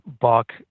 buck